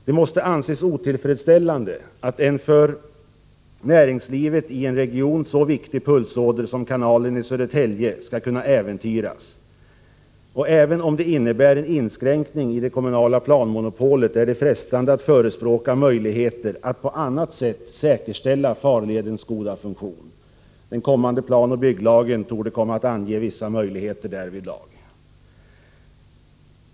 Det måste anses otillfredsställande, att en för näringslivet i en region så viktig pulsåder som kanalen i Södertälje skall kunna äventyras. Även om det innebär inskränkning av det kommunala planmonopolet, är det frestande att förespråka möjligheter att på annat sätt säkerställa farledens goda funktion. Den kommande planoch bygglagen torde komma att ange vissa möjligheter därvidlag.